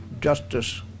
justice